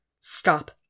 Stop